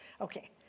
Okay